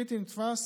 בלתי נתפס,